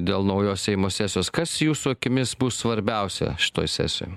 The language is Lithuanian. dėl naujos seimo sesijos kas jūsų akimis bus svarbiausia šitoj sesijoj